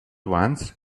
once